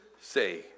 say